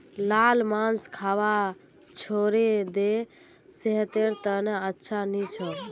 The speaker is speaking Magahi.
लाल मांस खाबा छोड़े दे सेहतेर त न अच्छा नी छोक